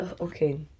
okay